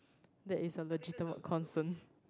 that is a legitimate concern